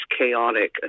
chaotic